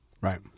right